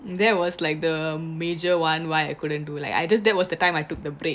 that was like the major one why I couldn't do like I just that was the time I took the break